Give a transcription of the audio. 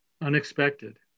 unexpected